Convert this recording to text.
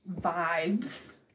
vibes